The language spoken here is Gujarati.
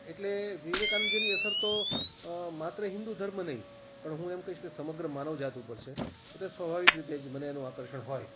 એટલે વિવેકાનંદજીની અસર તો માત્ર હિન્દુ ધર્મ નહીં પણ હું એમ કહીશ કે સમગ્ર માનવજાત ઉપર છે એટલે સ્વાભાવિક રીતે જ મને એનું આકર્ષણ હોય